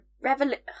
revolution